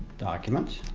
document